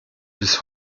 bis